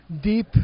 deep